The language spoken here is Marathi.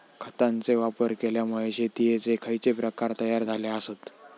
खतांचे वापर केल्यामुळे शेतीयेचे खैचे प्रकार तयार झाले आसत?